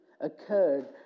occurred